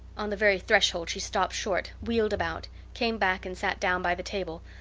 on the very threshold she stopped short, wheeled about, came back and sat down by the table,